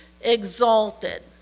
exalted